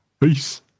Peace